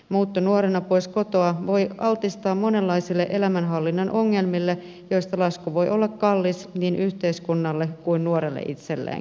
muutto nuorena pois kotoa voi altistaa monenlaisille elämänhallinnan ongelmille joista lasku voi olla kallis niin yhteiskunnalle kuin nuorelle itselleenkin